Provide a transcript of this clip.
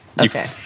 Okay